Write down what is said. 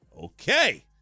Okay